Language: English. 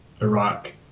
Iraq